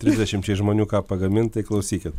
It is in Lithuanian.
trisdešimčiai žmonių ką pagamint tai klausykit